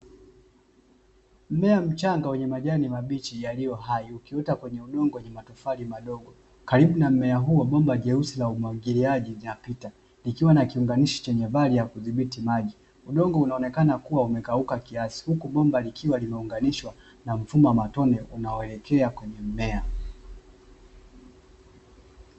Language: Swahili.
Mmea mchanga wenye majani mabichi yaliyo hai, ukiota kwenye udongo wenye matofali madogo. Karibu na mmea huo bomba jeusi la umwagiliaji linapita, likiwa na kiunganishi chenye vali ya kudhibiti maji. Udongo unaonekana kuwa umekauka kiasi, huku bomba likiwa limeunganishwa na mfumo wa matone unaoelekea kwenye mmea.